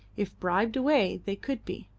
if bribed away they could be.